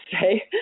say